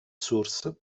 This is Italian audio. source